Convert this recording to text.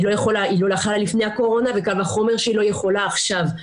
היא לא יכלה לפני הקורונה וקל וחומר שהיא לא יכולה עכשיו.